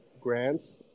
grants